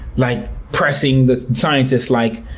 like pressing the scientists, like,